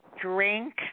drink